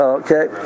okay